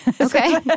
Okay